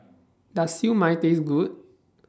Does Siew Mai Taste Good